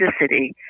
toxicity